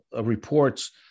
reports